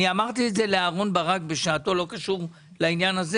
אני אמרתי את זה לאהרון ברק בשעתו בלי קשר לעניין הזה